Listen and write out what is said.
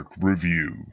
review